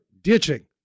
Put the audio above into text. ditching